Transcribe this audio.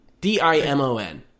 D-I-M-O-N